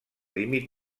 límit